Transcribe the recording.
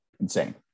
insane